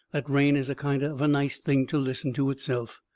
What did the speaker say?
that rain is a kind of a nice thing to listen to itself.